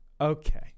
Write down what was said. Okay